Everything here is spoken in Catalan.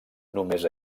només